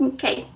Okay